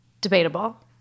Debatable